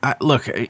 look